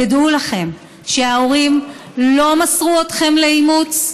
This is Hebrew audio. תדעו לכם שההורים לא מסרו אתכם לאימוץ.